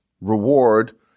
reward